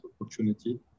opportunity